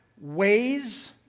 ways